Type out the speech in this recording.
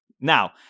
Now